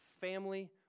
family